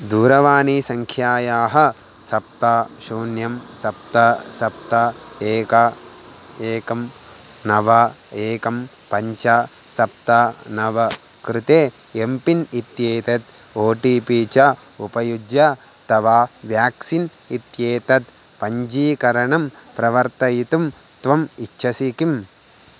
दूरवाणीसङ्ख्यायाः सप्त शून्यं सप्त सप्त एकम् एकं नव एकं पञ्च सप्त नव कृते एम्पिन् इत्येतत् ओ टि पि च उपयुज्य तव व्याक्सीन् इत्येतत् पञ्जीकरणं प्रवर्तयितुं त्वम् इच्छसि किम्